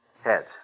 Heads